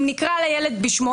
אם נקרא לילד בשמו,